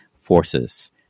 forces